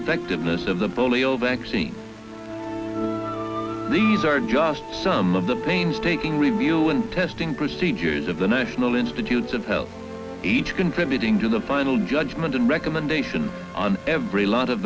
effectiveness of the polio vaccine these are just some of the painstaking review and testing procedures of the national institutes of health each contributing to the final judgment and recommendation on every lot